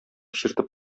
чиртеп